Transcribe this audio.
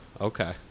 Okay